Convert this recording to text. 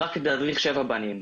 רק כדי להדריך שבעה בנים.